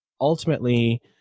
ultimately